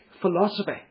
philosophy